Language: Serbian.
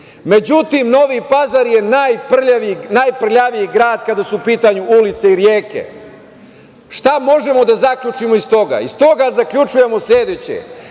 šire.Međutim, Novi Pazar je najprljaviji grad kada su u pitanju ulice i reke. Šta možemo da zaključimo iz toga? Iz toga zaključujemo sledeće,